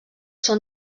són